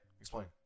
explain